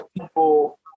people